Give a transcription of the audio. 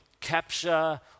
capture